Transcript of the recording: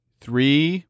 three